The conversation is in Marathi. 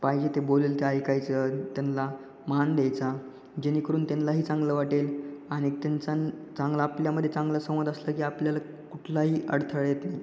पाहिजे ते बोलेल ते ऐकायचं त्यांना मान द्यायचा जेणेकरून त्यांनाही चांगलं वाटेल आणि त्यांचा चांगला आपल्यामध्ये चांगला संवाद असला की आपल्याला कुठलाही अडथळ येते